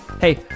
Hey